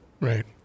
Right